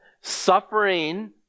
suffering